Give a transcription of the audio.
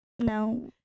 No